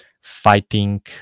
fighting